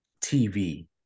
tv